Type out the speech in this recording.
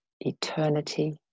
eternity